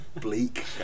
bleak